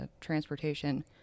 Transportation